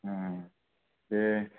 दे